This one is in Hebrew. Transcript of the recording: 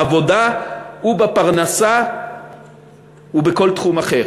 בעבודה ובפרנסה ובכל תחום אחר.